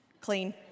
clean